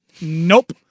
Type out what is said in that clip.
nope